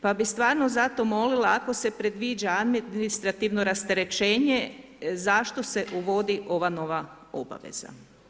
Pa bi stvarno zato molila ako se predviđa administrativno rasterećenje zašto se uvodi ova nova obaveza?